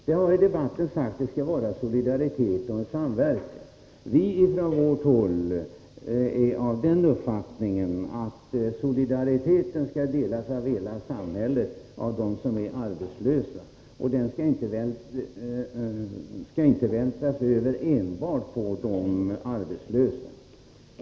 Det har i dag sagts att det skall vara solidaritet och samverkan i samhället. Vi från vårt håll har den uppfattningen att solidaritetskravet skall gälla för alla i samhället, även de arbetslösa, men det skall inte gälla enbart för de arbetslösa.